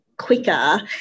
quicker